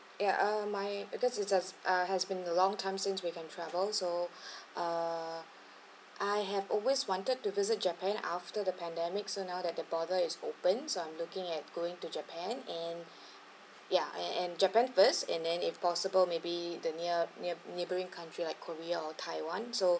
ya uh my because it just uh has been a long time since we can travel so uh I have always wanted to visit japan after the pandemic so now that the border is opened so I'm looking at going to japan and ya and japan first and then if possible maybe the nearby near neighbouring country like korea or taiwan so